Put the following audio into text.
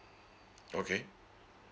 okay